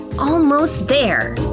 almost there!